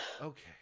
okay